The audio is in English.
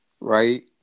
right